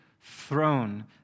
throne